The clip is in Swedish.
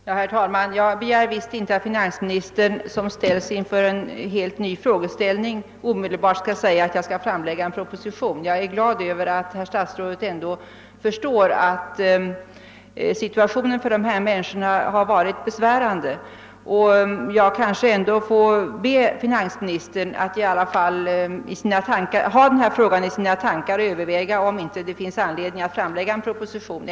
Herr talman! Jag begär visst inte att finansministern när han ställs inför en helt ny fråga omedelbart skall lova att framlägga en proposition. Jag är glad över att herr statsrådet ändå förstår att situationen för dessa människor har varit besvärande, men jag kanske får be honom att i alla fall ha denna fråga i sina tankar och överväga, om det inte finns anledning att framlägga en proposition.